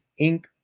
Inc